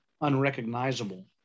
unrecognizable